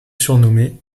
surnommée